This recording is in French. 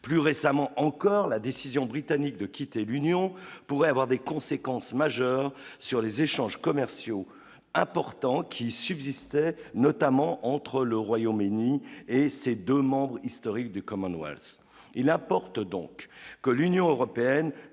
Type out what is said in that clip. plus récemment encore, la décision britannique de quitter l'Union pourrait avoir des conséquences majeures sur les échanges commerciaux importants qui subsistaient, notamment entre le Royaume-Uni et ces 2 membres historiques du Commonwealth, il apporte donc que l'Union européenne